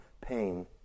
pain